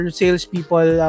salespeople